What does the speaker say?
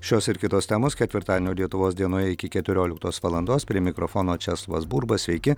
šios ir kitos temos ketvirtadienio lietuvos dienoje iki keturioliktos valandos prie mikrofono česlovas burba sveiki